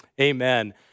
amen